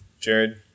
jared